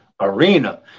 arena